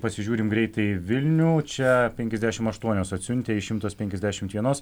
pasižiūrim greitai į vilnių čia penkiasdešimt aštuonios atsiuntė iš šimtas penkiasdešimt vienos